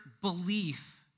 belief